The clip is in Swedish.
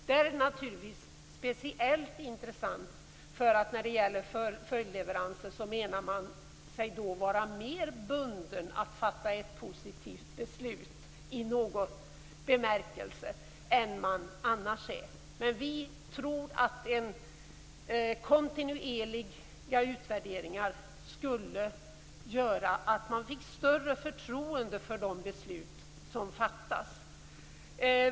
Det är naturligtvis speciellt intressant då, därför att när det gäller följdleveranser menar man sig vara mer bunden att fatta ett positivt beslut i någon bemärkelse än man annars är. Men vi tror att kontinuerliga utvärderingar skulle ge ett större förtroende för de beslut som fattas.